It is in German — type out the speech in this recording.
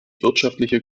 wirtschaftliche